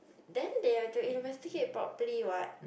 then they've to investigate properly what